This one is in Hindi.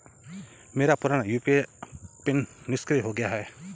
मेरा पुराना यू.पी.आई पिन निष्क्रिय हो गया है